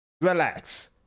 relax